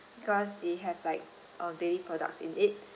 cause they have like a dairy products in it